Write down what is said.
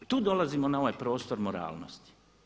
Tu dolazimo na ovaj prostor moralnosti.